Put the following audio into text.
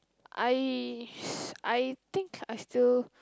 I I think I still